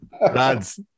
lads